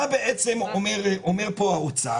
מה בעצם אומר כאן האוצר?